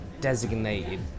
designated